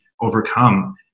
overcome